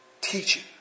teaching